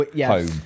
Home